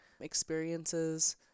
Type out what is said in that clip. experiences